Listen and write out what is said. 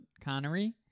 Connery